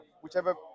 whichever